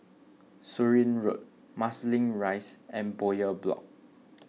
Surin Road Marsiling Rise and Bowyer Block